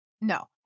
no